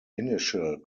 initial